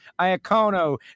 Iacono